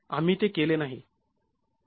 आम्ही ते केले नाही